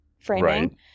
framing